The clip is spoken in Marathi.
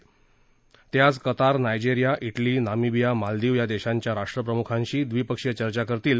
प्रधानमंत्री मोदी आज Qatar Nigeria Italy Namibia Maldives या देशांच्या राष्ट्रप्रम्खांशी द्विपक्षीय चर्चा करतील